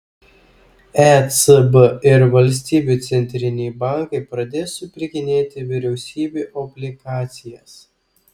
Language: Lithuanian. ecb ir valstybių centriniai bankai pradės supirkinėti vyriausybių obligacijas